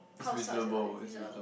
is reasonable is reasonable